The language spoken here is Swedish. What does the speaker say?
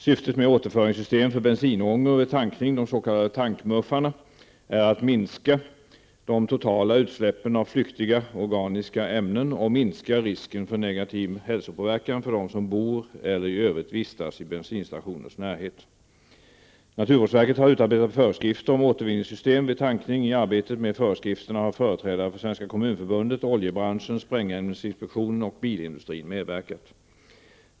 Syftet med återföringssystem för bensinångor vid tankning, de s.k. tankmuffarna, är att minska de totala utsläppen av flyktiga organiska ämnen och minska risken för negativ hälsopåverkan för de som bor eller i övrigt vistas i bensinstationers närhet. Naturvårdsverket har utarbetat föreskrifter om återvinningssystem vid tankning. I arbetet med förskrifterna har företrädare för Svenska kommunförbundet, oljebranschen, sprängämnesinspektionen och bilindustrin medverkat.